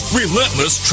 relentless